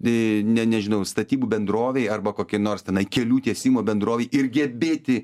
ė ne nežinau statybų bendrovei arba kokiai nors tenai kelių tiesimo bendrovei ir gebėti